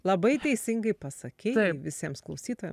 labai teisingai pasakei visiems klausytojam